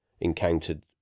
encountered